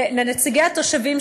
ולנציגי התושבים,